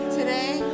Today